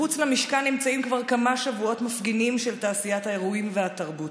מחוץ למשכן נמצאים כבר כמה שבועות מפגינים של תעשיית האירועים והתרבות.